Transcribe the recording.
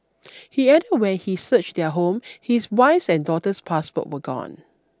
he added when he searched their home his wife's and daughter's passport were gone